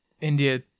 India